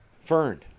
fern